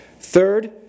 Third